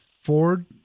Ford